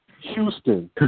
Houston